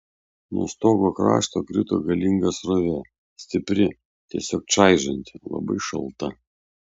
nuo stogo krašto krito galinga srovė stipri tiesiog čaižanti labai šalta